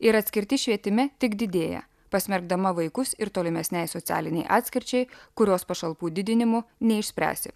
ir atskirtis švietime tik didėja pasmerkdama vaikus ir tolimesnei socialinei atskirčiai kurios pašalpų didinimu neišspręsi